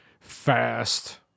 fast